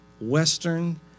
Western